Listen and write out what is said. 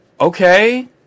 okay